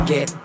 Get